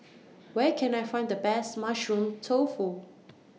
Where Can I Find The Best Mushroom Tofu